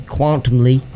Quantumly